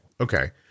Okay